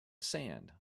sand